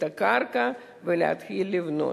ולהתחיל לבנות.